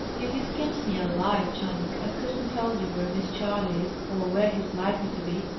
if you skinned me alive, channing, i couldn't tell you where miss charley is, or where he's likely to be.